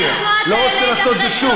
אני לא רוצה לעשות את זה שוב.